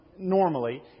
Normally